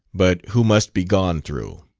but who must be gone through.